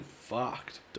fucked